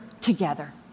together